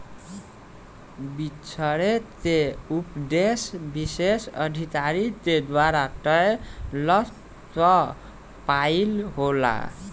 बिछरे के उपदेस विशेष अधिकारी के द्वारा तय लक्ष्य क पाइल होला